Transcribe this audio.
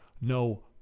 no